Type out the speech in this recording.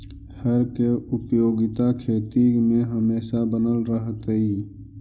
हर के उपयोगिता खेती में हमेशा बनल रहतइ